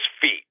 feet